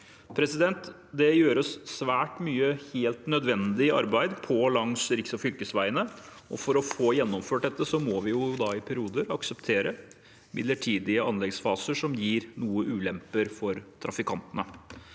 passert. Det gjøres svært mye helt nødvendig arbeid på og langs riks- og fylkesveiene, og for å få gjennomført dette må vi i perioder akseptere midlertidige anleggsfaser som gir noen ulemper for trafikantene.